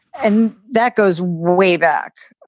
and that goes way back.